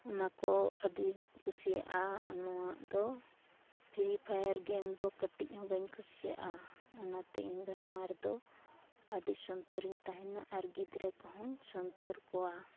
ᱚᱱᱟ ᱠᱚ ᱟᱹᱰᱤᱧ ᱠᱩᱥᱤᱭᱟᱜᱼᱟ ᱟᱨ ᱱᱚᱣᱟ ᱫᱚ ᱯᱷᱨᱤ ᱯᱷᱟᱭᱟᱨ ᱜᱮᱢ ᱫᱚ ᱠᱟᱹᱴᱤᱡ ᱦᱚᱸ ᱵᱟᱹᱧ ᱠᱩᱥᱤᱭᱟᱜᱼᱟ ᱚᱱᱟᱛᱮ ᱤᱧᱫᱚ ᱱᱚᱣᱟ ᱨᱮᱫᱚ ᱟᱹᱰᱤ ᱥᱚᱱᱛᱚᱨᱤᱧ ᱛᱟᱦᱮᱱᱟ ᱟᱨ ᱜᱤᱫᱽᱨᱟᱹ ᱠᱚᱦᱚᱸ ᱥᱚᱱᱛᱚᱨ ᱠᱚᱣᱟ